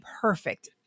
perfect